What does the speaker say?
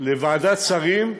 לוועדת שרים.